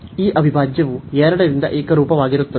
ಈ ಅವಿಭಾಜ್ಯವು 2 ರಿಂದ ಏಕರೂಪವಾಗಿರುತ್ತದೆ